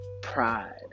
pride